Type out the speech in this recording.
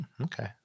Okay